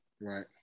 Right